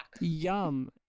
Yum